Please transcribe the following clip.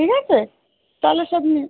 ঠিক আছে তাহলে সব নিয়ে